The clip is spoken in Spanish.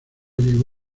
llegó